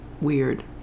weird